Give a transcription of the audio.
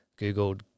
Googled